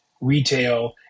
retail